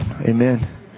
Amen